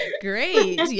Great